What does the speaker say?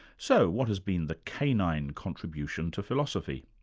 so, what has been the canine contribution to philosophy?